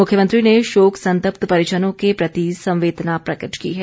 मुख्यमंत्री ने शोक संतप्त परिजनों के प्रति संवेदना प्रकट की है